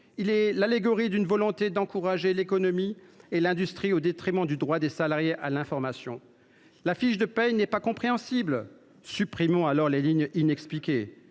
Il est l’allégorie d’une volonté d’encourager l’économie et l’industrie au détriment du droit d’information des salariés. La fiche de paie n’est pas compréhensible ? Supprimons les lignes inexpliquées